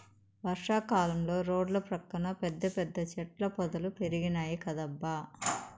వర్షా కాలంలో రోడ్ల పక్కన పెద్ద పెద్ద చెట్ల పొదలు పెరిగినాయ్ కదబ్బా